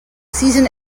season